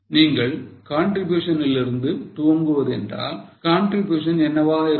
நீங்கள் Contribution லிருந்து துவங்குவது என்றால் contribution என்னவாக இருக்கும்